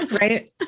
Right